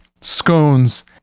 scones